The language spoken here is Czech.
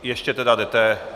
Ještě tedy jdete?